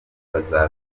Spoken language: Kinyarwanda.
bazarushaho